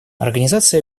организация